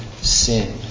sin